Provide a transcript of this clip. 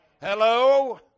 Hello